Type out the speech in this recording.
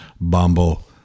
Bumble